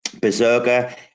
Berserker